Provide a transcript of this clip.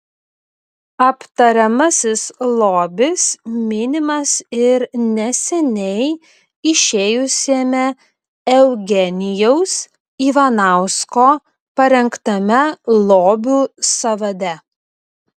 aptariamasis lobis minimas ir neseniai išėjusiame eugenijaus ivanausko parengtame lobių sąvade